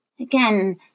again